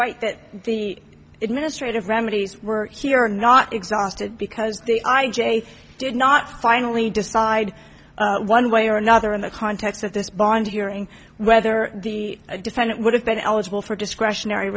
right that the administrative remedies were here or not exhausted because the i j a did not finally decide one way or another in the context of this bond hearing whether the defendant would have been eligible for discretionary